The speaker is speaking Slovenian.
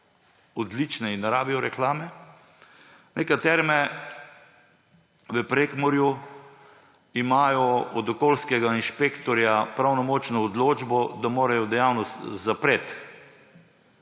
odlične in ne rabijo reklame – imajo od okoljskega inšpektorja pravnomočno odločbo, da morajo dejavnost zapreti.